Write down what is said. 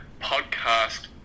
podcast